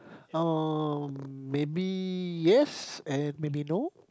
uh maybe yes and maybe no